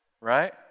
right